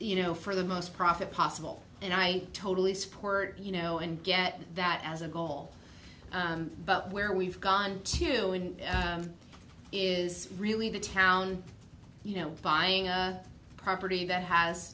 you know for the most profit possible and i totally support you know and get that as a goal but where we've gone to is really the town you know buying a property that has